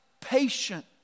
patient